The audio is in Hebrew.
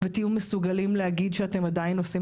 ותהיו מסוגלים להגיד שאתם עדיין עושים